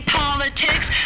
politics